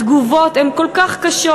התגובות כל כך קשות.